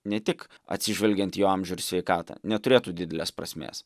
ne tik atsižvelgiant į jo amžių ir sveikatą neturėtų didelės prasmės